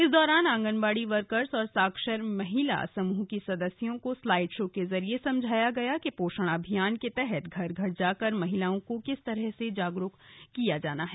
इस दौरान आंगनबाड़ी वर्कर्स और साक्षर महिला समूह की सदस्यों को स्लाइड शो के जरिए समझाया गया कि पोषण अभियान के तहत घर घर जाकर महिलाओं को किस तरह से जागरूक किया जाना है